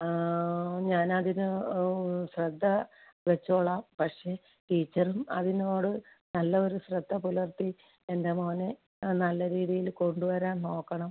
ആ ഞാൻ അതിന് ശ്രദ്ധ വെച്ചോളാം പക്ഷേ ടീച്ചറും അതിനോട് നല്ല ഒരു ശ്രദ്ധ പുലർത്തി എൻ്റെ മോനെ ആ നല്ല രീതീൽ കൊണ്ട് വരാൻ നോക്കണം